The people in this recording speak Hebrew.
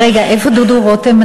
רגע, איפה דודו רותם?